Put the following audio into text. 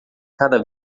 cada